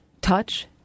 touch